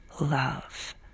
love